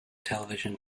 television